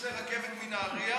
שתצא רכבת מנהריה